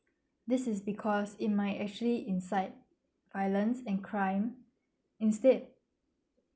this is because it might actually insight violence and crime instead